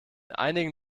einigen